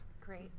Great